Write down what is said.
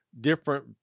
different